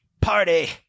party